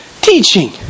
teaching